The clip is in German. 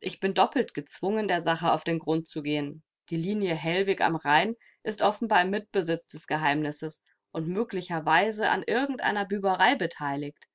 ich bin doppelt gezwungen der sache auf den grund zu gehen die linie hellwig am rhein ist offenbar im mitbesitz des geheimnisses und möglicherweise an irgend einer büberei beteiligt